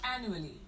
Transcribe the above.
annually